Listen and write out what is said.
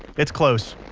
it's close.